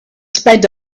spend